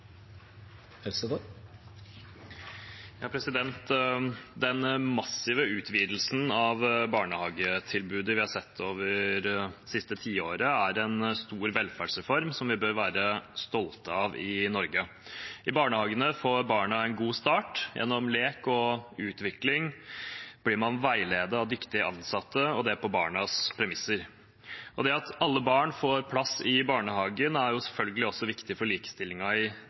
Den massive utvidelsen av barnehagetilbudet vi har sett over det siste tiåret, er en stor velferdsreform som vi bør være stolte av i Norge. I barnehagene får barna en god start. Gjennom lek og utvikling blir man veiledet av dyktige ansatte, og det på barnas premisser. Det at alle barn får plass i barnehagen, er i tillegg selvfølgelig også viktig for likestillingen, for at begge foreldre kan komme ut i